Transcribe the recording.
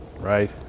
Right